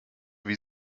wie